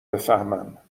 بفهمم